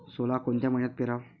सोला कोन्या मइन्यात पेराव?